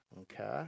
Okay